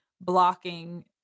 blocking